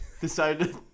decided